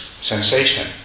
sensation